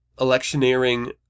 electioneering